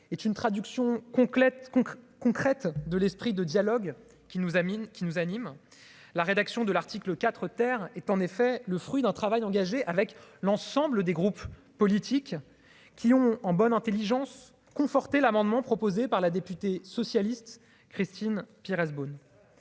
est une traduction concrète concrète de l'esprit de dialogue qui nous Amin qui nous anime la rédaction de l'article IV terre est en effet le fruit d'un travail engagé avec l'ensemble des groupes politiques qui ont en bonne intelligence conforter l'amendement proposé par la députée socialiste Christine Pires Beaune